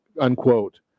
unquote